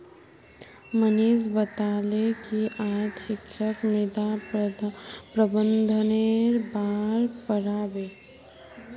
मनीष बताले कि आइज शिक्षक मृदा प्रबंधनेर बार पढ़ा बे